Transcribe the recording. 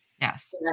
yes